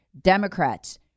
Democrats